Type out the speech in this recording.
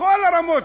בכל הרמות.